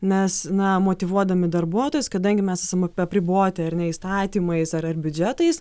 nes na motyvuodami darbuotojus kadangi mes esam apriboti ar ne įstatymais ar ar biudžetais